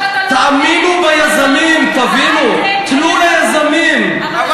בינתיים קיבלת ולא עשית כלום.